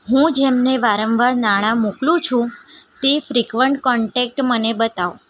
હું જેમને વારંવાર નાણાં મોકલું છે તે ફ્રિકવન્ટ કૉન્ટૅક્ટ મને બતાવો